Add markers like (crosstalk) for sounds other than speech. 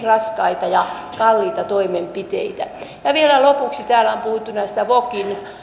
(unintelligible) raskaita ja kalliita toimenpiteitä ja vielä lopuksi täällä on puhuttu näistä vokin